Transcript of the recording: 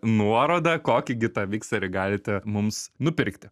nuoroda kokį gi tą mikserį galite mums nupirkti